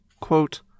Quote